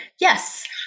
yes